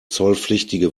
zollpflichtige